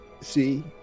See